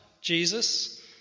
Jesus